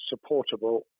supportable